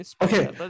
Okay